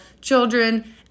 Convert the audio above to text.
children